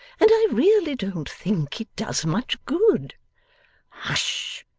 and i really don't think it does much good hush!